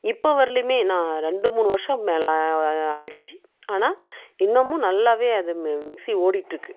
இப்போ வரலேயுமே நான் ரெண்டு மூணு வருஷம் மேலே ஆகிடுச்சி ஆனால் இன்னுமும் நல்லாவே அது மி மிக்சி ஓடிகிட்ருக்கு